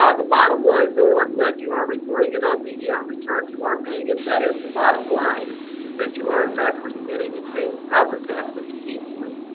the bottom line though, i'm glad you are reporting it on the the ah return. you are paying it. that is the bottom line is that you are in fact remitting and paying the proper tax that you need to.